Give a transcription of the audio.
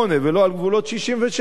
ולא על גבולות 67',